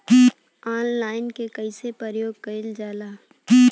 Online के कइसे प्रयोग कइल जाला?